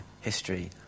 history